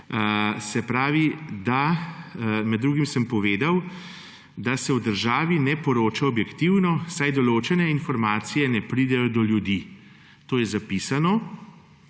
Se pravi, da med drugim sem povedal, da se v državi ne poroča objektivno, saj določene informacije ne pridejo do ljudi. To je zapisano.